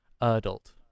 adult